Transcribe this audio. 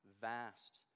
vast